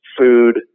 food